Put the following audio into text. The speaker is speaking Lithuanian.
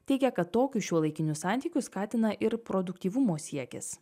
teigia kad tokius šiuolaikinius santykius skatina ir produktyvumo siekis